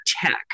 Tech